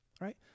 right